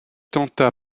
tenta